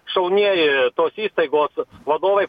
šaunieji tos įstaigos vadovai